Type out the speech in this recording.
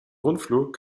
rundflug